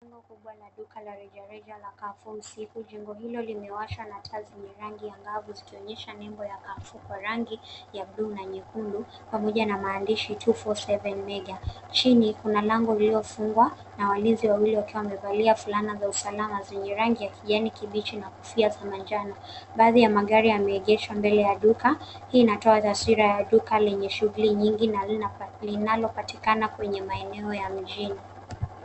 Jengo kubwa la duka la rejareja ya Carrefour usiku. Jengo hilo limewashwa na taa zenye rangi ya dhahabu zikionyesha nembo ya Carrefour kwa rangi ya buluu na nyekundu pamoja na maandishi two four seven mega . Chini kuna lango lililofungwa na walinzi wawili wakiwa wamevalia fulana za usalama zenye rangi ya kijani kibichi na kofia za manjano. Baadhi ya magari yameegeshwa mbele ya duka. Hii inatoa taswira ya duka lenye shughuli nyingi na linalopatikana kwenye maeneo ya mjini.